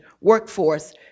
workforce